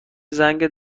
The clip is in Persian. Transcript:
زنگ